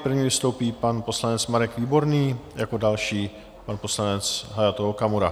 První vystoupí pan poslanec Marek Výborný, jako další pan poslanec Hayato Okamura.